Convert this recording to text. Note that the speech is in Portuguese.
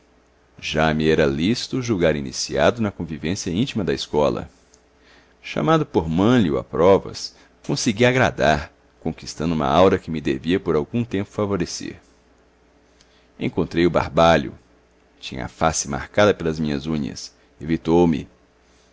era lícito julgar iniciado na convivência intima da escola chamado por mânlio a provas consegui agradar conquistando uma aura que me devia por algum tempo favorecer encontrei o barbalho tinha a face marcada pelas minhas unhas evitou me